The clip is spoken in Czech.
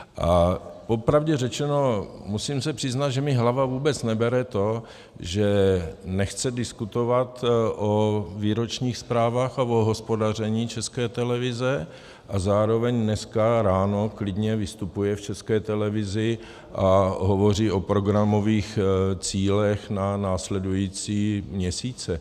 A popravdě řečeno, musím se přiznat, že mi hlava vůbec nebere to, že nechce diskutovat o výročních zprávách a o hospodaření České televize, a zároveň dneska ráno klidně vystupuje v České televizi a hovoří o programových cílech na následující měsíce.